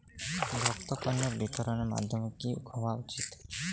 ভোক্তা পণ্যের বিতরণের মাধ্যম কী হওয়া উচিৎ?